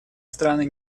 страны